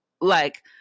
like-